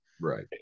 right